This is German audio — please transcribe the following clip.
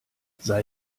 sei